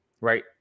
right